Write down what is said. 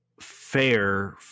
fair